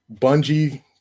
Bungie